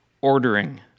ordering